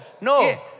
No